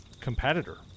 competitor